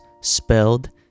spelled